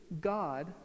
God